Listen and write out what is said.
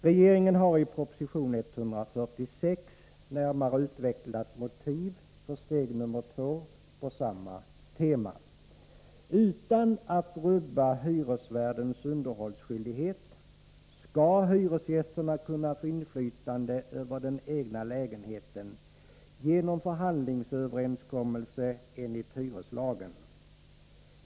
Regeringen har i proposition 146 närmare utvecklat motiven för steg nr 2 på samma tema. Utan att rubba hyresvärdens underhållsskyldighet skall hyresgästerna kunna få inflytande över den egna lägenheten genom förhandlingsöverenskommelse enligt hyreslagen.